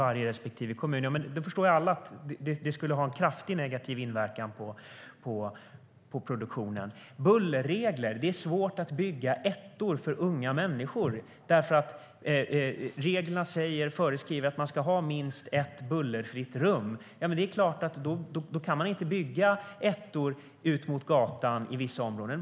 Alla förstår att det skulle ha en kraftigt negativ inverkan på produktionen. När det gäller bullerregler är det svårt att bygga ettor för unga människor därför att reglerna föreskriver att man ska ha minst ett bullerfritt rum. Då kan man inte bygga ettor ut mot gatan i vissa områden.